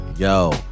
Yo